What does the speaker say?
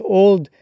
old